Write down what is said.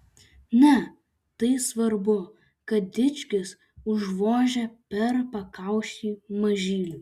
ne tai svarbu kad dičkis užvožia per pakaušį mažiui